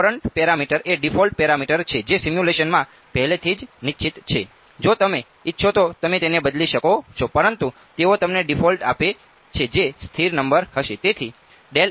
Courant parameter એ default parameter છે જે સિમ્યુલેશનમાં પહેલેથી જ નિશ્ચિત છે જો તમે ઇચ્છો તો તમે તેને બદલી શકો છો પરંતુ તેઓ તમને ડિફોલ્ટ આપે છે જે સ્થિર નંબર હશે